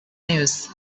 news